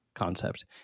concept